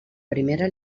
primera